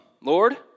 Lord